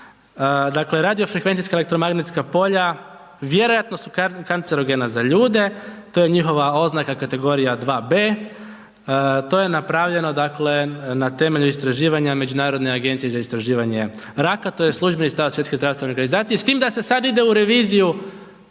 dakle radio-frekvencijska elektromagnetska polja, vjerojatno su kancerogena za ljude, to je njihova oznaka, kategorija 2B, to je napravljeno dakle na temelju istraživanja Međunarodne agencije za istraživanje raka, to je službeni stav od Svjetske zdravstvene organizacije s tim da se sad ide u reviziju